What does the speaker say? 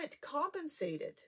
compensated